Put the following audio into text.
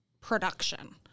production